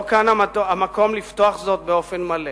לא כאן המקום לפתוח זאת באופן מלא.